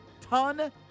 ton